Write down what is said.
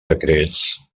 secrets